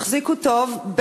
תחזיקו טוב,